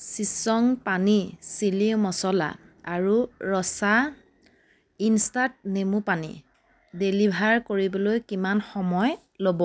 চিচং পানী চিলি মচলা আৰু ৰচা ইনষ্টাত নিম্বুপানী ডেলিভাৰ কৰিবলৈ কিমান সময় ল'ব